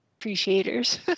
appreciators